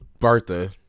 Bartha